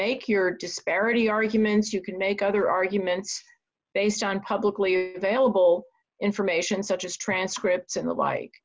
make your disparity arguments you can make other arguments based on publicly available information such as transcripts and the like